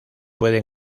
puede